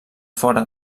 fora